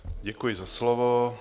Děkuji za slovo.